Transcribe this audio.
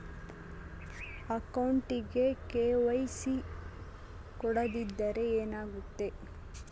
ಅಕೌಂಟಗೆ ಕೆ.ವೈ.ಸಿ ಕೊಡದಿದ್ದರೆ ಏನಾಗುತ್ತೆ?